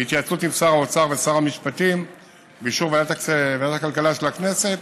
בהתייעצות עם שר האוצר ושר המשפטים ובאישור ועדת הכלכלה של הכנסת,